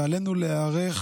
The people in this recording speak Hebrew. ועלינו להיערך